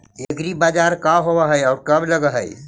एग्रीबाजार का होब हइ और कब लग है?